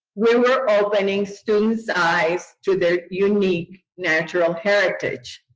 we were opening students' eyes to their unique natural heritage.